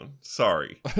Sorry